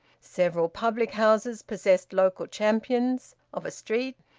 several public-houses possessed local champions of a street,